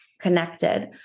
connected